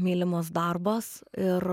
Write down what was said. mylimas darbas ir